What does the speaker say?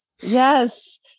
yes